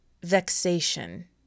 Vexation